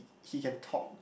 he can talk